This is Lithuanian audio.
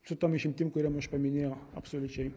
su tom išimtim kuriom aš paminėjau absoliučiai